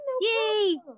Yay